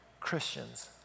Christians